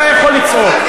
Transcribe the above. אתה יכול לצעוק.